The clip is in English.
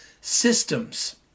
systems